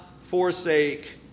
forsake